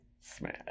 smash